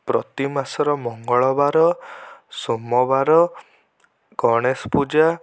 ପ୍ରତି ମାସର ମଙ୍ଗଳବାର ସୋମବାର ଗଣେଷ ପୂଜା